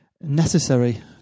necessary